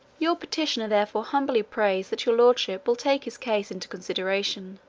your petitioner therefore humbly prays that your lordships will take his case into consideration,